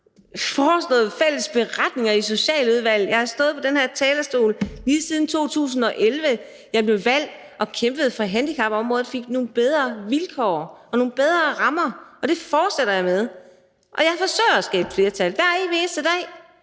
har foreslået fælles beretninger i Socialudvalget, og jeg har stået på den her talerstol lige siden 2011, hvor jeg blev valgt, og kæmpet for, at handicapområdet fik nogle bedre vilkår og nogle bedre rammer, og det fortsætter jeg med. Og jeg forsøger at skabe flertal hver evig eneste dag.